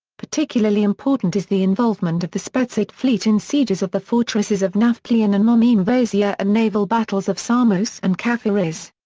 particularly important is the involvement of the spetsiote fleet in sieges of the fortresses of nafplion and monemvasia and naval battles of samos and kafireas.